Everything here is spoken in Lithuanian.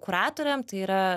kuratorėm tai yra